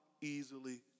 easily